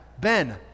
Ben